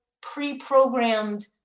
pre-programmed